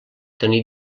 tenir